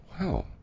Wow